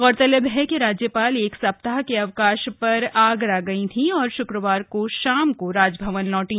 गौरतलब है कि राज्यपाल एक सप्ताह के अवकाश पर आगरा गई थीं और श्क्रवार को शाम को राजभवन लौटी